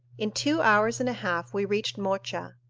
in two hours and a half we reached mocha,